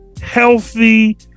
healthy